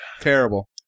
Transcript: Terrible